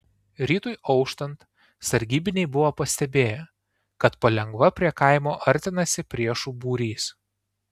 rytui auštant sargybiniai buvo pastebėję kad palengva prie kaimo artinasi priešų būrys